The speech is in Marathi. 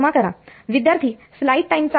क्षमा करा